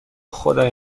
خدای